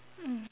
mm